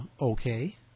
okay